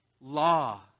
Law